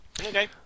Okay